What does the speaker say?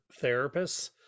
therapists